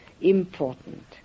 important